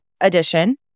edition